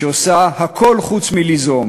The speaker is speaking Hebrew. שעושה הכול חוץ מליזום